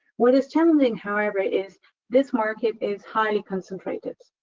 what is challenging, however, is this market is high concentrated.